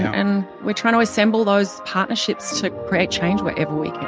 and we're trying to assemble those partnerships to create change wherever we can.